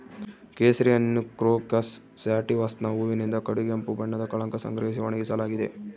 ಕೇಸರಿಯನ್ನುಕ್ರೋಕಸ್ ಸ್ಯಾಟಿವಸ್ನ ಹೂವಿನಿಂದ ಕಡುಗೆಂಪು ಬಣ್ಣದ ಕಳಂಕ ಸಂಗ್ರಹಿಸಿ ಒಣಗಿಸಲಾಗಿದೆ